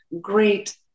great